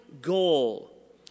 goal